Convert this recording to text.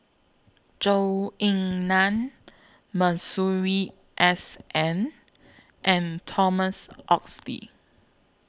Zhou Ying NAN Masuri S N and Thomas Oxley